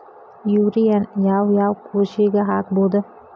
ಯೂರಿಯಾನ ಯಾವ್ ಯಾವ್ ಕೃಷಿಗ ಹಾಕ್ಬೋದ?